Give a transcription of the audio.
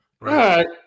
right